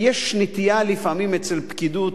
יש נטייה לפעמים, אצל פקידות,